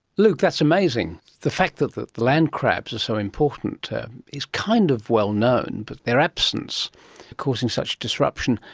luke, that's amazing, the fact that the land crabs are so important is kind of well known, but their absence causing such disruption,